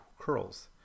curls